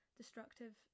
destructive